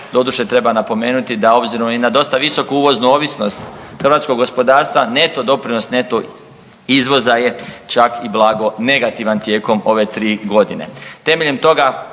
Doduše treba napomenuti da obzirom i na dosta visoku uvoznu ovisnost hrvatskog gospodarstva neto doprinos neto izvoza je čak i blago negativan tijekom ove 3 godine.